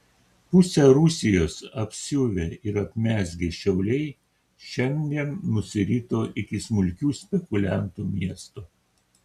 pusę rusijos apsiuvę ir apmezgę šiauliai šiandien nusirito iki smulkių spekuliantų miesto